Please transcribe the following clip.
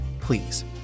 please